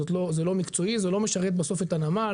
זה לא מקצועי, זה לא משרת בסוף את הנמל.